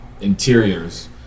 interiors